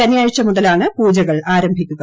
ശനിയാഴ്ച മുതലാണ് പൂജകൾ ആരംഭിക്കുക